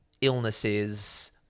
illnesses